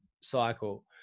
cycle